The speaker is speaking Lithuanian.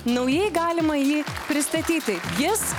naujai galima jį pristatyti jis